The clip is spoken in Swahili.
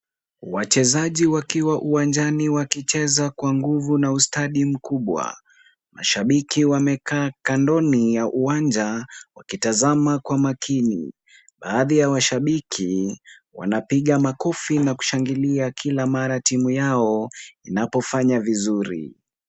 Wachezaji wakiwa uwanjani wakicheza kwa nguvu na ustadi mkubwa, mashabiki wamekaa kandoni ya uwanja wakitazama kwa makini, baadhi ya washabiki wanapiga makofi na kushangilia kila mara timu yao inapofanya vizuri.